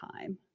time